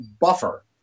buffer